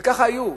וככה היו.